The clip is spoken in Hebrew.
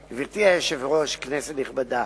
היושבת-ראש, כנסת נכבדה,